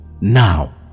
Now